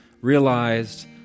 realized